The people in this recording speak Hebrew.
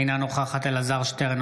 אינה נוכחת אלעזר שטרן,